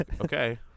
Okay